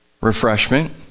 refreshment